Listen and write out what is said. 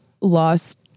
lost